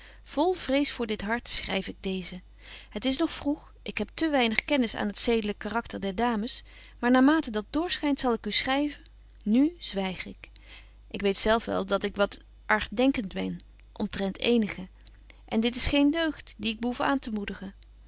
vol vrees voor dat hart schryf ik deezen het is nog vroeg ik heb te weinig kennis aan het zedelyk karakter der dames naar mate dat doorschynt zal ik schryven nu zwyg ik ik weet zelf wel dat ik wat argdenkent ben omtrent eenigen en dit is geen deugd die ik behoef aan te moedigen